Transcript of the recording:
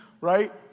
Right